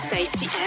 Safety